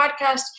podcast